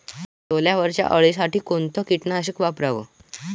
सोल्यावरच्या अळीसाठी कोनतं कीटकनाशक वापराव?